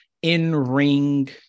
in-ring